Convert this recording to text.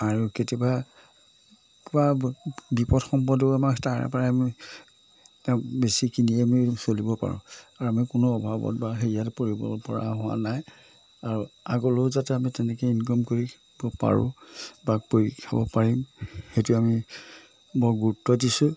আৰু কেতিয়াবা কিবা বিপদ সম্পদো আমাৰ তাৰে পৰাই আমি বেচি কিনি আমি চলিব পাৰোঁ আৰু আমি কোনো অভাৱত বা হেৰিয়াত পৰিব পৰা হোৱা নাই আৰু আগলৈও যাতে আমি তেনেকৈ ইনকম কৰিব পাৰোঁ বা পৰি খাব পাৰিম সেইটোৱে আমি বৰ গুৰুত্ব দিছোঁ